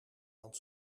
want